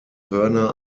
hörner